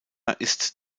ist